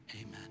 amen